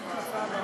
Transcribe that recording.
אין נמנעים.